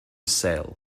sail